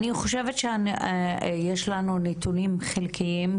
אני חושבת שיש לנו נתונים חלקיים,